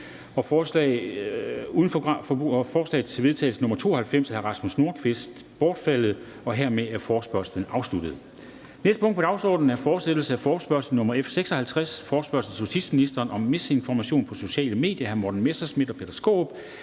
og forslag til vedtagelse nr. V 92 af Rasmus Nordqvist (SF) bortfaldet. Dermed er forespørgslen afsluttet. --- Det næste punkt på dagsordenen er: 6) Fortsættelse af forespørgsel nr. F 56 [afstemning]: Forespørgsel til justitsministeren om misinformation på de sociale medier. Af Morten Messerschmidt (DF) og Peter Skaarup